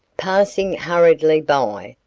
passing hurriedly by,